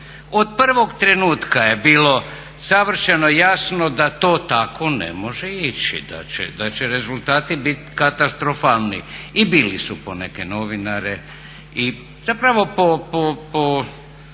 Od prvog trenutka je bilo savršeno jasno da to tako ne može ići, da će rezultati biti katastrofalni i bili su po neke novinare i zapravo po